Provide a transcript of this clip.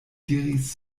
diris